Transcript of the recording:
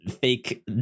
fake